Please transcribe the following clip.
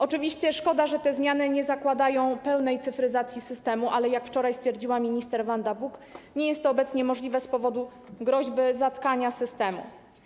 Oczywiście szkoda, że te zmiany nie zakładają pełnej cyfryzacji systemu, ale jak wczoraj stwierdziła minister Wanda Buk, nie jest to obecnie możliwe z powodu groźby zatkania systemu.